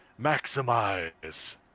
maximize